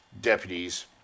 deputies